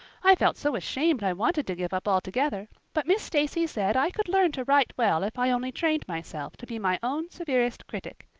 i felt so ashamed i wanted to give up altogether, but miss stacy said i could learn to write well if i only trained myself to be my own severest critic.